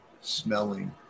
smelling